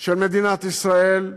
של מדינת ישראל,